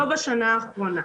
לא בשנה האחרונה.